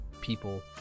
people